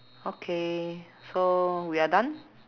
okay so we are done